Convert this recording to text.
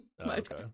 Okay